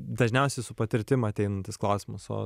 dažniausiai su patirtim ateinantis klausimas o